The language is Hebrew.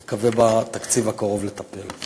אני מקווה, בתקציב הקרוב נטפל בו.